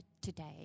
today